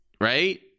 Right